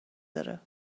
دارد